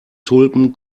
tulpen